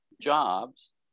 jobs